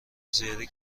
زیادی